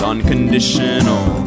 unconditional